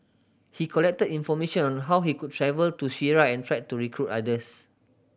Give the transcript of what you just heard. he collected information on how he could travel to Syria and tried to recruit others